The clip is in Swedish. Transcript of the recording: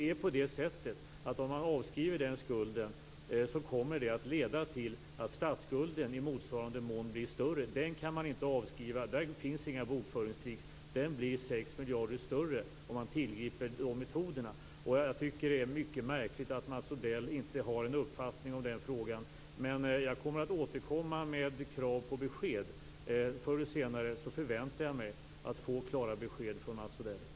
Om man avskriver den skulden kommer det att leda till att statsskulden i motsvarande mån blir större. Den kan man inte avskriva. Där finns inga bokföringstricks. Den blir 6 miljarder större om man tillgriper de metoderna. Jag tycker att det är mycket märkligt att Mats Odell inte har en uppfattning i den frågan. Jag kommer att återkomma med krav på besked. Förr eller senare förväntar jag mig att få klara besked från Mats